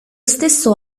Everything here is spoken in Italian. stesso